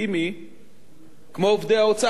כמו עובדי האוצר, כאילו בכלל הם לא עובדים,